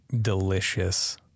delicious